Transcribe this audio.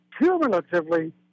cumulatively